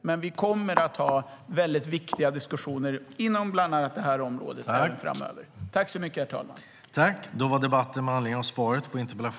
Men vi kommer att föra viktiga diskussioner inom bland annat det här området även framöver.